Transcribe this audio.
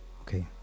Okay